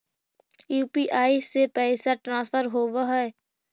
UPI से पैसा transfer होवहै?